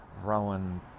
Rowan